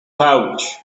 pouch